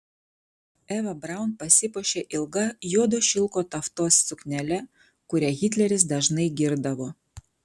eva braun pasipuošė ilga juodo šilko taftos suknele kurią hitleris dažnai girdavo